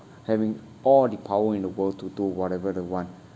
having all the power in the world to do whatever the want